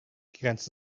grenzt